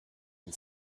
and